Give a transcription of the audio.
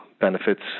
benefits